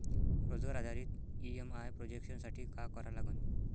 रोजगार आधारित EMI projection साठी का करा लागन?